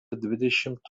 dvidešimt